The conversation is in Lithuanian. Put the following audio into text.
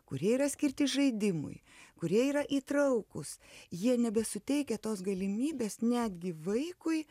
kurie yra skirti žaidimui kurie yra įtraukūs jie nebesuteikia tos galimybės netgi vaikui